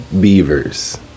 Beavers